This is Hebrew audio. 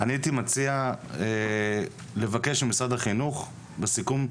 אני הייתי מציע לבקש ממשרד החינוך בסיכום,